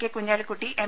K Kunhalikutty M